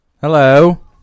Hello